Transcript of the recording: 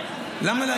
לא, לא יפה.